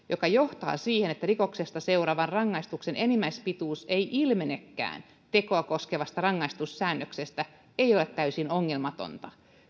joka johtaa siihen että rikoksesta seuraavan rangaistuksen enimmäispituus ei ilmenekään tekoa koskevasta rangaistussäännöksestä ei ole täysin ongelmatonta